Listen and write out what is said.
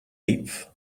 eighth